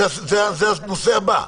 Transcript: זה הנושא הבא.